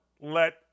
let